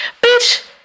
bitch